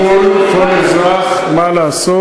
וישקול כל אזרח מה לעשות.